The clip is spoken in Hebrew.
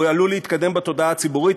הוא עלול להתקדם בתודעה הציבורית.